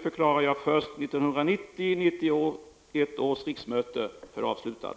förklarar nu 1990/91 års riksmöte för avslutat.